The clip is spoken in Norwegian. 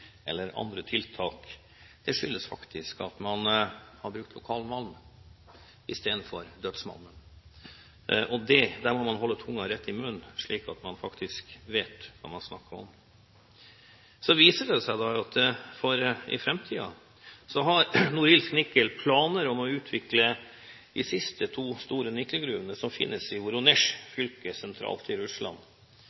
eller andre tiltak. Det skyldes faktisk at man har brukt lokal malm istedenfor dødsmalmen. Der må man holde tungen rett i munnen, slik at man faktisk vet hva man snakker om. Så viser det seg at for framtiden har Norilsk Nickel planer om å utvikle de siste to store nikkelgruvene som finnes i